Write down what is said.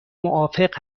موافق